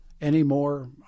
Anymore